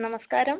നമസ്കാരം